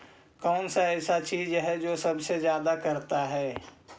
कौन सा ऐसा चीज है जो सबसे ज्यादा करता है?